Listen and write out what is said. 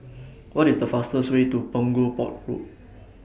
What IS The fastest Way to Punggol Port Road